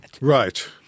Right